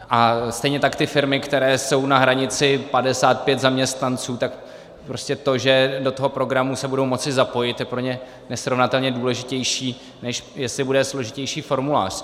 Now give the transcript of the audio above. A stejně tak ty firmy, které jsou na hranici 55 zaměstnanců, tak prostě to, že do toho programu se budou moci zapojit, je pro ně nesrovnatelně důležitější, než jestli bude složitější formulář.